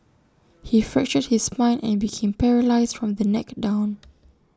he fractured his spine and became paralysed from the neck down